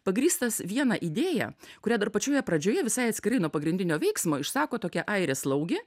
pagrįstas viena idėja kurią dar pačioje pradžioje visai atskirai nuo pagrindinio veiksmo išsako tokia airė slaugė